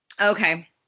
Okay